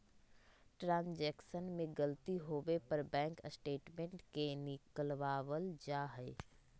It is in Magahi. ट्रांजेक्शन में गलती होवे पर बैंक स्टेटमेंट के निकलवावल जा हई